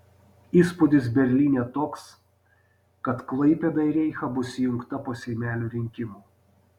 įspūdis berlyne toks kad klaipėda į reichą bus įjungta po seimelio rinkimų